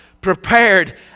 prepared